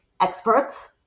experts